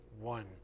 one